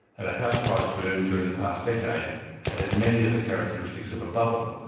and a house price boom during the past decade that had many of the characteristics of a bubble,